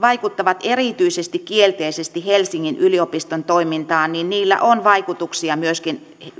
vaikuttavat erityisen kielteisesti helsingin yliopiston toimintaan niin niillä on vaikutuksia myöskin